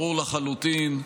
ברור לחלוטין,